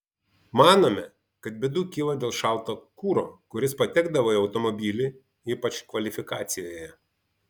manome kad bėdų kilo dėl šalto kuro kuris patekdavo į automobilį ypač kvalifikacijoje